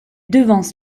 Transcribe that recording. devance